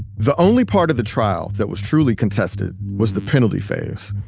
the only part of the trial that was truly contested was the penalty phase.